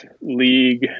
league